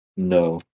No